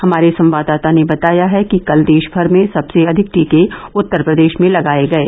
हमारे संवाददाता ने बताया है कि कल देशभर में सबसे अधिक टीके उत्तर प्रदेश में लगाये गये